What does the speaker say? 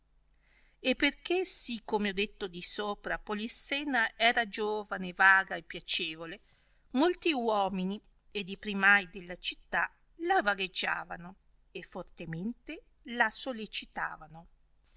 e perchè sì come ho detto di sopra polissena era giovane vaga e piacevole molti uomini e di primai della città la vagheggiavano e fortemente la solecitavano